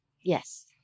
Yes